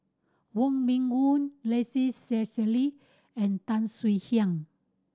Wong Meng Voon Rex Shelley and Tan Swie Hian